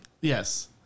Yes